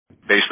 based